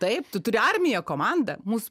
taip tu turi armiją komandą mus